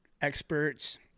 experts